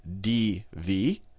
dv